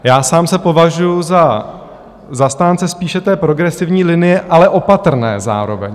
Já sám se považuju za zastánce spíše té progresivní linie, ale opatrné zároveň.